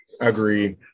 agree